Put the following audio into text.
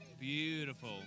Beautiful